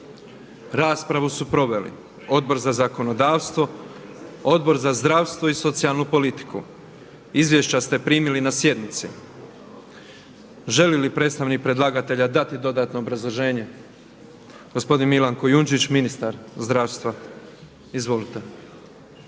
Raspravu su proveli Odbor za zakonodavstvo, Odbor za zdravstvo i socijalnu politiku. Izvješća ste primili na sjednici. Želi li predstavnik predlagatelja dati dodatno obrazloženje? Gospodin Milan Kujundžić ministar zdravstva. Izvolite.